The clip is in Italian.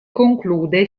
conclude